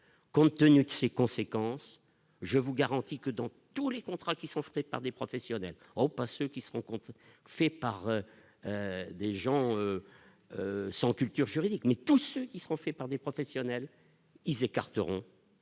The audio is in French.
contenues, de ses conséquences, je vous garantis que dans tous les contrats qui sont faits par des professionnels ont pas ceux qui se compte fait par des gens sans culture juridique mais tous ceux qui sont faits par des professionnels, ils écarteront.